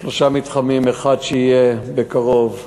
שלושה מתחמים, אחד שיהיה בקרוב בוואדי-עארה.